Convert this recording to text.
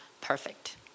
perfect